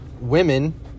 women